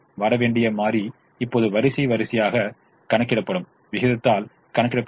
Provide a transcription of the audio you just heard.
வர வேண்டிய மாறி இப்போது வரிசை வாரியாக கணக்கிடப்படும் விகிதத்தால் கணக்கிடப்படுகிறது